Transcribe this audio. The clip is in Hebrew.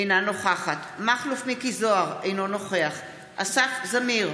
אינה נוכחת מכלוף מיקי זוהר, אינו נוכח אסף זמיר,